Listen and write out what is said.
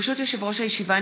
ברשות יושב-ראש הישיבה,